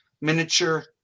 miniature